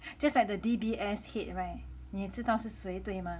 just like the D_B_S head [right] 你知道是谁对吗